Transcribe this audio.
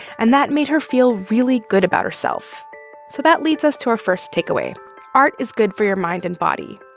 and that made her feel really good about herself. so that leads us to our first takeaway art is good for your mind and body.